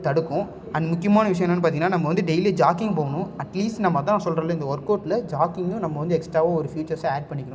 தடுக்கும் அண்ட் முக்கியமான விஷயம் என்னென்னு பார்த்திங்கன்னா நம்ம வந்து டெய்லி ஜாகிங் போகணும் அட்லீஸ்ட் நம்ம அதான் நான் சொல்லுறேன்ல இந்த ஒர்க் அவுட்டில் ஜாகிங்கு நம்ம வந்து எக்ஸ்ட்டாவாக ஒரு ஃபீச்சர்ஸாக ஆட் பண்ணிக்கனும்